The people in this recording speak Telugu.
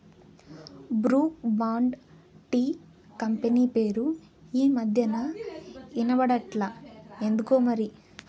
బ్రూక్ బాండ్ టీ కంపెనీ పేరే ఈ మధ్యనా ఇన బడట్లా ఎందుకోమరి